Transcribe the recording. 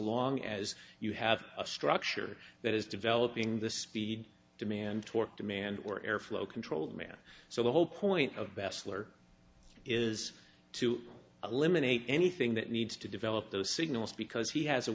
long as you have a structure that is developing the speed demand torque demand or airflow control demand so the whole point of besler is to eliminate anything that needs to develop those signals because he has a